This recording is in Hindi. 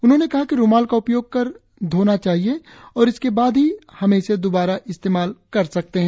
उन्होंने कहा कि रुमाल का उपयोग कर धोना चाहिए और इसके बाद ही हम इसे दोबारा इस्तेमाल कर सकते है